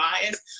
bias